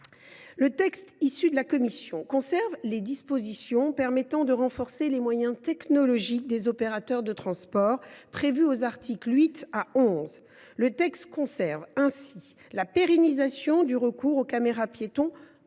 Le texte issu de la commission mixte paritaire conserve les dispositions permettant de renforcer les moyens technologiques des opérateurs de transports, prévues aux articles 8 à 11. Il conserve ainsi la pérennisation du recours aux caméras piétons